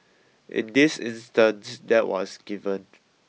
in this instance that was given